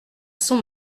son